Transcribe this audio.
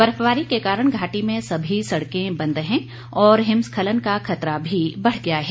बर्फबारी के कारण घाटी में सभी सड़कें बंद हैं और हिमस्खलन का खतरा भी बढ़ गया है